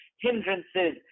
hindrances